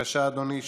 בבקשה אדוני.